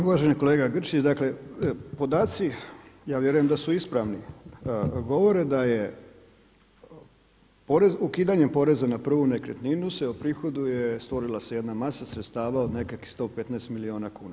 Pa uvaženi kolega Grčić, dakle podaci, ja vjerujem da su ispravni, govore da je ukidanjem poreza na prvu nekretninu se oprihoduje, stvorila se jedna masa sredstava od nekakvim 115 milijuna kuna.